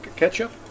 ketchup